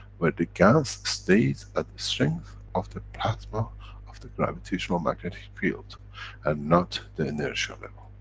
where the gans stays at the strength of the plasma of the gravitational-magnetic field and not, the inertia level.